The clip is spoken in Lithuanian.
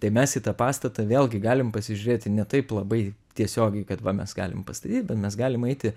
tai mes į tą pastatą vėlgi galim pasižiūrėti ne taip labai tiesiogiai kad va mes galim pastatyt bet mes galim eiti